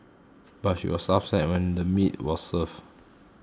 but she was upset when the meat was served